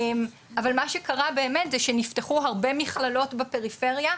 אבל מה שקרה באמת זה שנפתחו הרבה מכללות בפריפריה,